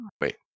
Wait